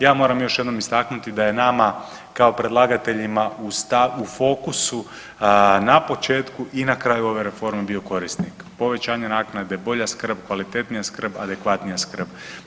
Ja moram još jednom istaknuti da je nama kao predlagateljima u fokusu na početku i na kraju ove reforme bio korisnik, povećanje naknade, bolja skrb, kvalitetnija skrb, adekvatnija skrb.